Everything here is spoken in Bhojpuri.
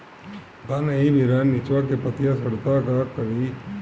धान एही बेरा निचवा के पतयी सड़ता का करी?